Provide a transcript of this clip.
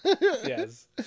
Yes